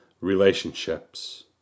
relationships